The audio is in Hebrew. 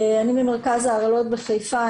אני ממרכז ההרעלות בחיפה,